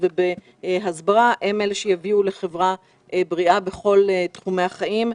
ובהסברה הם אלה שיביאו לחברה בריאה בכל תחומי החיים.